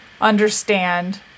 understand